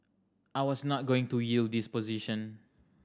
I was not going to yield this position